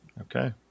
Okay